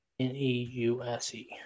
N-E-U-S-E